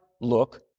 look